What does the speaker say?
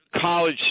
college